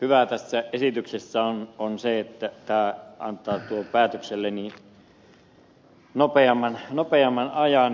hyvää tässä esityksessä on se että tämä antaa tuolle päätökselle nopeamman ajan